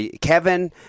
Kevin